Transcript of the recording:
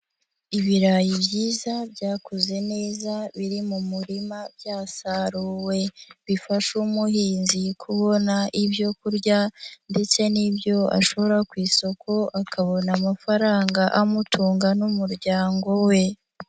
Ibirayi byiza, byakuze neza biri mu murima byasaruwe, bifasha umuhinzi kubona ibyo kurya ndetse n'ibyo ashora ku isoko, akabona amafaranga amutunga n'umuryango we.